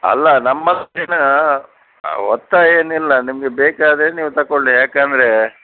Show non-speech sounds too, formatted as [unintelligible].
ಅಲ್ಲ ನಮ್ಮ ಹತ್ರ [unintelligible] ಒತ್ತಾಯ ಏನಿಲ್ಲ ನಿಮಗೆ ಬೇಕಾದರೆ ನೀವು ತಗೊಳ್ಳಿ ಯಾಕೆಂದ್ರೆ